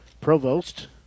Provost